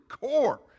core